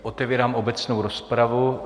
Otevírám obecnou rozpravu.